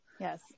yes